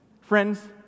Friends